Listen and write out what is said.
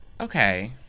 Okay